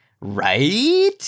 Right